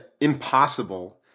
impossible